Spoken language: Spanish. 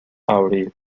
abril